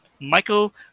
Michael